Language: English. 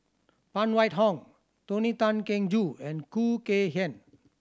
Phan Wait Hong Tony Tan Keng Joo and Khoo Kay Hian